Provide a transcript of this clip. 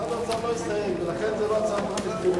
משרד האוצר לא הסתייג, ולכן זאת לא הצעה תקציבית.